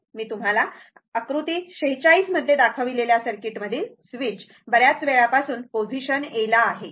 मी तुम्हाला आकृती 46 मध्ये दाखविलेल्या सर्किटमधील स्विच बऱ्याच वेळापासून पोझिशन A ला आहे